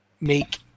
make